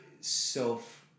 self